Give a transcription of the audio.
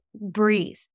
breathe